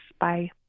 Bye